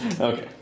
Okay